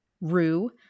rue